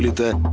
the